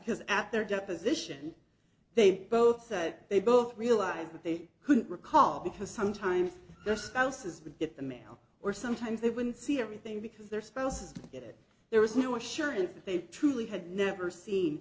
because after deposition they both said they both realized that they couldn't recall because sometimes the spouses would get the mail or sometimes they wouldn't see everything because their spouse it there was no assurance that they truly had never seen